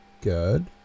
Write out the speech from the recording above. good